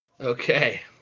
Okay